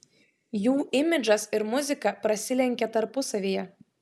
jų imidžas ir muzika prasilenkia tarpusavyje